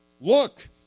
Look